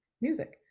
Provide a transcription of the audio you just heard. Music